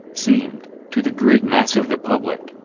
seemed, to the great mass of the public,